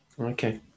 okay